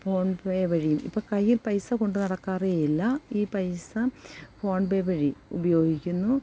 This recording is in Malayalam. ഫോൺ പേ വഴിയും ഇപ്പം കയ്യിൽ പൈസ കൊണ്ടു നടക്കാറേ ഇല്ല ഈ പൈസ ഫോൺ പേ വഴി ഉപയോഗിക്കുന്നു